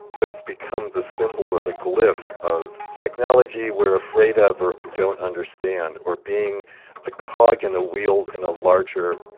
but it's become the symbol or the glyph of technology we're afraid of or don't understand or being a cog in a wheel in a larger